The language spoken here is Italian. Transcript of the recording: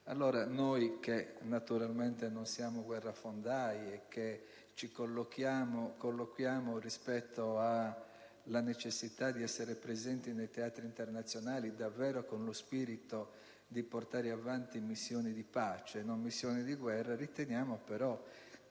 guardia. Noi, che naturalmente non siamo guerrafondai e che rispetto alla necessità di essere presenti nei teatri internazionali ci poniamo davvero con lo spirito di portare avanti missioni di pace e non di guerra, riteniamo però